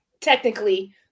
technically